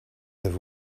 have